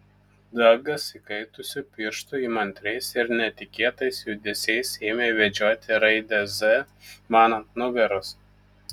dagas įkaitusiu pirštu įmantriais ir netikėtais judesiais ėmė vedžioti raidę z man ant nugaros